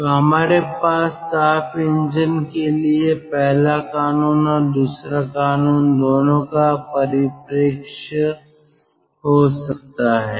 तो हमारे पास ताप इंजन के लिए पहला कानून और दूसरा कानून दोनों का परिप्रेक्ष्य हो सकता है